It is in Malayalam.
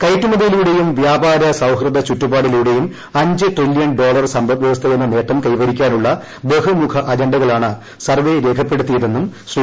കയറ്റുമതിയിലൂടെയും വ്യാപാര സൌഹൃദ ചുറ്റുപാടിലൂടെയും അഞ്ച് ട്രില്യൺ ഡോളർ സമ്പദ്വ്യവസ്ഥയെന്ന നേട്ടം കൈവരിക്കാനുള്ള ബഹുമുഖ അജണ്ടകളാണ് സർവേ രേഖപ്പെടുത്തിയതെന്നും ശ്രീ